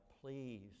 please